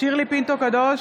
שירלי פינטו קדוש,